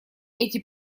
эти